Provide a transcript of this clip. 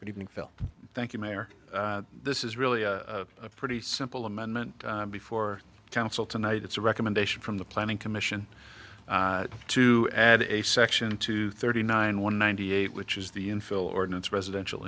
phil thank you mayor this is really a pretty simple amendment before council tonight it's a recommendation from the planning commission to add a section two thirty nine one ninety eight which is the infill ordinance residential